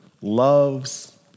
loves